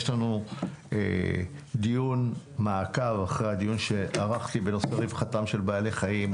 יש לנו דיון מעקב בהמשך לדיון שערכתי בנושא רווחתם של בעלי חיים,